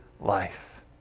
life